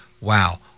wow